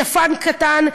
שפן קטן,